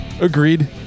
Agreed